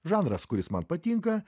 žanras kuris man patinka